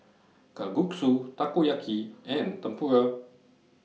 Kalguksu Takoyaki and Tempura